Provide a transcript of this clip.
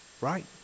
Right